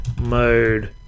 mode